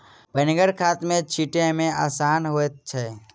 पनिगर खाद खेत मे छीटै मे आसान होइत छै